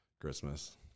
Christmas